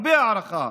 הרבה הערכה.